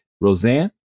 Roseanne